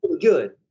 good